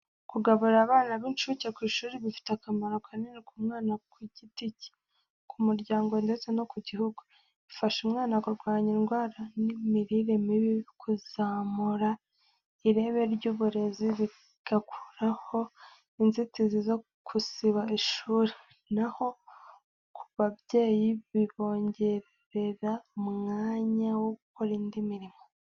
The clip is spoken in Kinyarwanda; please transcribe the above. Kugaburira abana b’incuke ku ishuri bifite akamaro kanini ku mwana ku giti cye, ku muryango ndetse no ku gihugu. Bifasha umwana kurwanya indwara n’imirire mibi, kuzamura ireme ry’uburezi, bigakuraho inzitizi zo gusiba ishuri. Na ho ku babyeyi bibongerera umwanya wo gukora indi mirimo.